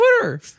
Twitter